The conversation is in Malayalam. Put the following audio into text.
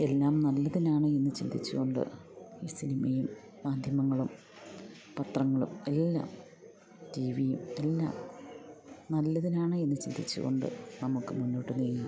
എല്ലാം നല്ലതിനാണ് എന്നു ചിന്തിച്ചു കൊണ്ട് ഈ സിനിമയും മാധ്യമങ്ങളും പത്രങ്ങളും എല്ലാ ടി വിയും എല്ലാ നല്ലതിനാണ് എന്നു ചിന്തിച്ചു കൊണ്ട് നമുക്ക് മുന്നോട്ട് നീങ്ങാം